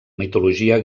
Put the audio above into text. mitologia